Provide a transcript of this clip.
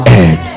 end